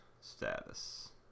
status